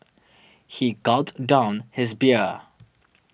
he gulped down his beer